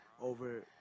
over